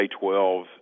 K-12